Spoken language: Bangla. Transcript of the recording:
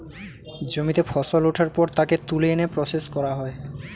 জমিতে ফসল ওঠার পর তাকে তুলে এনে প্রসেস করা হয়